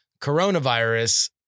coronavirus